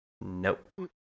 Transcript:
Nope